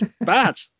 bad